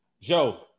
Joe